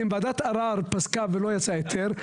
וועדת ערר פסקה ולא יצא היתר,